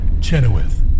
Chenoweth